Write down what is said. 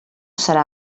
serà